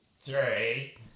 three